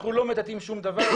אנחנו לא מטאטאים שום דבר,